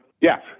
Yes